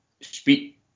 speak